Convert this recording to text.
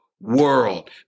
world